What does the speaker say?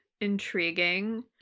intriguing